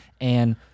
And-